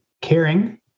caring